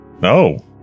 No